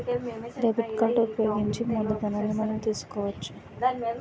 debit card ఉపయోగించి మూలధనాన్ని మనం తీసుకోవచ్చు